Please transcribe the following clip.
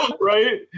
right